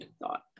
thought